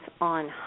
on